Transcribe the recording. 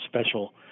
special